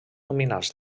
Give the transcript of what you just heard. nominals